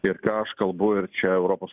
ir ką aš kalbu ir čia europos